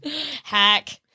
Hack